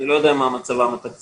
אני לא יודע מה מצבם התקציבי.